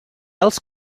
else